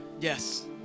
Yes